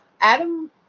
Adam